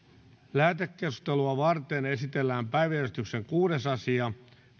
lähetekeskustelua varten esitellään päiväjärjestyksen kuudes asia